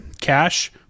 Cash